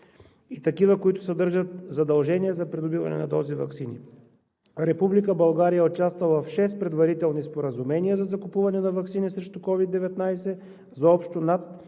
и такива, които съдържат задължение за придобиване на дози ваксини. Република България участва в шест предварителни споразумения за закупуване на ваксини срещу COVID-19 за общо над